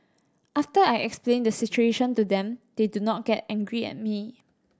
after I explain the situation to them they do not get angry at me